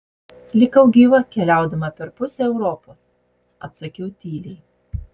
likau gyva keliaudama per pusę europos atsakiau tyliai